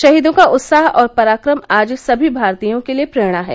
शहीदों का उत्साह और पराक्रम आज सभी भारतीयों के लिए प्रेरणा है